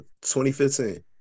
2015